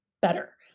better